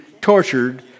tortured